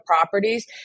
properties